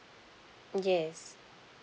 yes